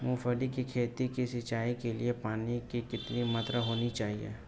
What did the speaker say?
मूंगफली की खेती की सिंचाई के लिए पानी की कितनी मात्रा होनी चाहिए?